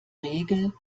regel